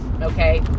okay